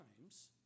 times